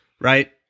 right